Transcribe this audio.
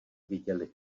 viděli